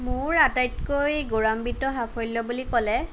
মোৰ আটাইতকৈ গৌৰৱান্বিত সাফল্য বুলি ক'লে